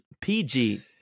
PG